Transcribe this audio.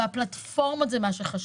והפלטפורמות זה מה שחשוב.